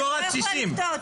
אני לא יכולה לקטוע אותו.